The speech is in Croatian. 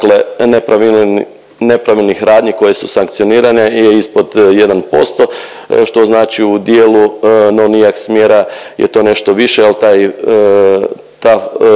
nepravilnih radnji koje su sankcionirane je ispod 1%, što znači u dijelu … IAK smjera je to nešto više, al taj